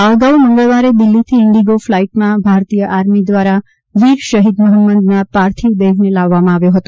આ અગાઉ મંગળવારે દિલ્હીથી ઇન્ડિગો ફલાઇટમાં ભારતીય આર્મી દ્વારા વીર શહીદ મહંમદના પાર્થિવ દેહને લાવવામાં આવ્યો હતો